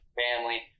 family